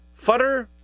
Futter